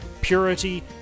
purity